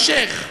שיח'.